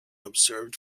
observed